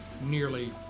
nearly